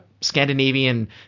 Scandinavian